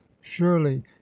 surely